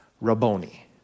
Rabboni